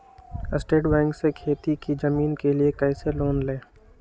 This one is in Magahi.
स्टेट बैंक से खेती की जमीन के लिए कैसे लोन ले?